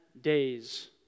days